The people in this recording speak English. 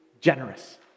generous